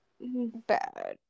bad